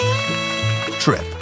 trip